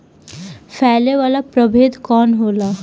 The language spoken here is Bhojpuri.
फैले वाला प्रभेद कौन होला?